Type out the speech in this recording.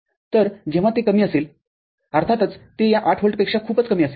तरजेव्हा ते कमी असेल अर्थातच ते या ८ व्होल्टपेक्षा खूपच कमी असेल